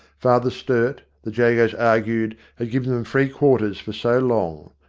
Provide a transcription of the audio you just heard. father sturt, the jagos argued, had given them free quarters for so long.